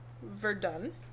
Verdun